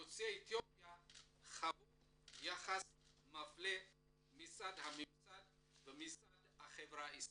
יוצאי אתיופיה חוו יחס מפלה מצד הממסד ומצד החברה הישראלית.